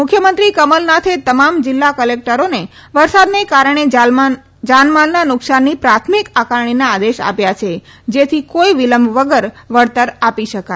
મુખ્યમંત્રી કમલનાથે તમામ જિલ્લા કલેક્ટરોને વરસાદને કારણે જાનમાલના નુકસાનની પ્રાથમિક આકારણીના આદેશ આપ્યાછે જેથી કોઈ વિલંબ વગર વળતર આપી શકાય